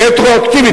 רטרואקטיבית,